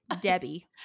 Debbie